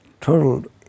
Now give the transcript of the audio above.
total